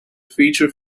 feature